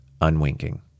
unwinking